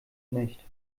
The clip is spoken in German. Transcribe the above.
nicht